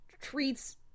Treats